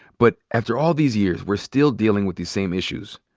but after all these years, we're still dealing with these same issues.